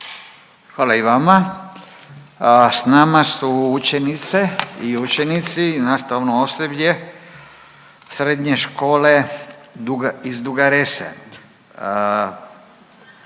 Hvala i vama. S nama su učenice i učenici i nastavno osoblje Srednje škole iz Duge Rese.